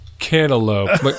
cantaloupe